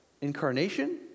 incarnation